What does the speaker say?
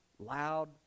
loud